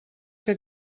que